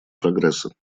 прогресса